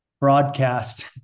broadcast